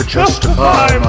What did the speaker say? justify